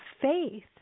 faith